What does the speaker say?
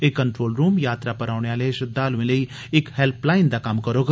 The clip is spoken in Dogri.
एह् कंट्रोल रूम यात्रा पर औने आले श्रद्धालुएं लेई इक हेल्पलाइन दा कम्म करोग